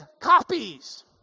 copies